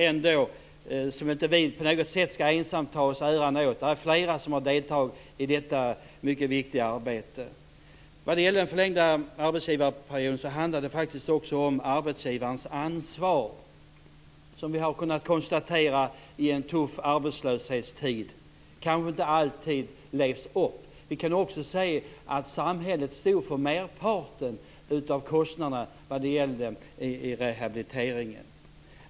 Vi skall inte på något sätt ensamma ta åt oss äran; det var flera som deltog i detta mycket viktiga arbete. Vad gäller den förlängda arbetsgivarperioden handlade det faktiskt också om arbetsgivarens ansvar. Som vi har kunnat konstatera under en tuff arbetslöshetstid kanske det inte alltid levs upp till detta. Vi kunde också se att samhället stod för merparten av kostnaderna för rehabiliteringen.